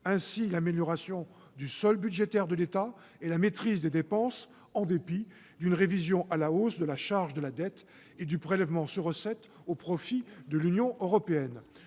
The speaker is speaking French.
savoir l'amélioration du solde budgétaire de l'État et la maîtrise des dépenses en dépit d'une révision à la hausse de la charge de la dette et du prélèvement sur recettes, au profit de l'Union européenne.